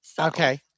Okay